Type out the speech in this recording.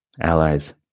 allies